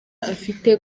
afite